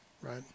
right